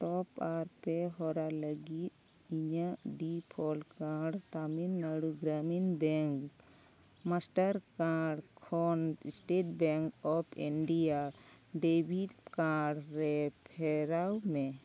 ᱴᱚᱯ ᱟᱨ ᱯᱮᱹ ᱦᱚᱨᱟ ᱞᱟᱹᱜᱤᱫ ᱤᱧᱟᱹᱜ default card Tamil Nadu Gramin bank master card ᱠᱷᱚᱱ state bank of India debit card ᱨᱮ ᱯᱷᱮᱨᱟᱣ ᱢᱮ